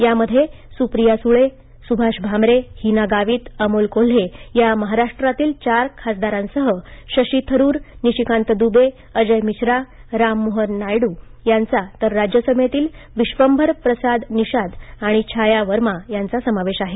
त्यामध्ये सुप्रिया सुळे सुभाष भामरे हीना गावित अमोल कोल्हे या महाराष्ट्रातील चार खासदारांसह शशी थरूर निशिकांत दुबे अजय मिश्रा राम मोहन नायडू यांचा तर राज्यसभेतील विश्वभर प्रसाद निषाद आणि छाया वर्मा यांचा समावेश आहे